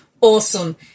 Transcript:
Awesome